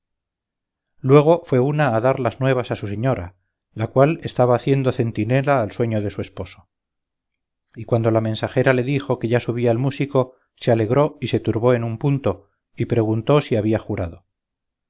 luego fue una a dar las nuevas a su señora la cual estaba haciendo centinela al sueño de su esposo y cuando la mensajera le dijo que ya subía el músico se alegró y se turbó en un punto y preguntó si había jurado